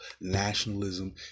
Nationalism